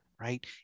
right